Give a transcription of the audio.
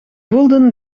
voelden